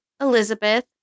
Elizabeth